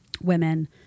women